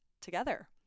together